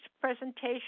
presentation